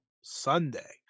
Sunday